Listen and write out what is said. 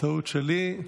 טעות שלי.